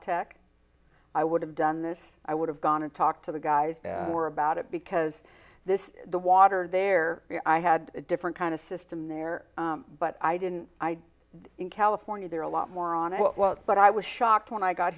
tech i would have done this i would have gone to talk to the guys more about it because this is the water there i had a different kind of system there but i didn't i in california there are a lot more on what but i was shocked when i got